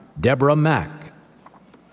deborah mack.